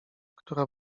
która